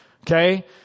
Okay